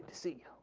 c